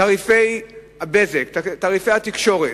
תעריפי הבזק, תעריפי התקשורת,